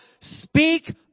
speak